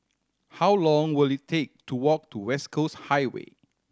how long will it take to walk to West Coast Highway